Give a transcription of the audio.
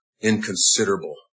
inconsiderable